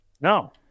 No